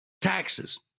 taxes